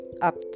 up